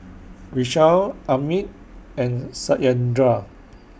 Vishal Amit and Satyendra